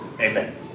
Amen